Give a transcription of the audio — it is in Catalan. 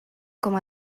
com